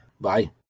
Bye